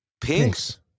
Pinks